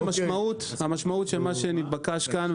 המשמעות של מה שנתבקש כאן,